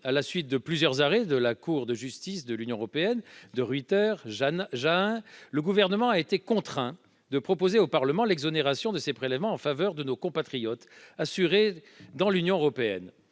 À la suite de plusieurs arrêts de la Cour de justice de l'Union européenne, les arrêts et, le Gouvernement a été contraint de proposer au Parlement l'exonération de ces prélèvements en faveur de nos compatriotes assurés dans l'Union européenne.